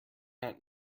not